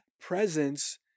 presence